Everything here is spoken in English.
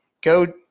go